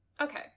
Okay